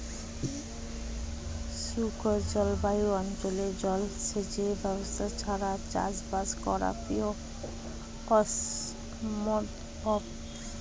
শুষ্ক জলবায়ু অঞ্চলে জলসেচের ব্যবস্থা ছাড়া চাষবাস করা প্রায় অসম্ভব